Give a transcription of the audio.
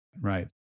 right